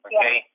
Okay